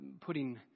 putting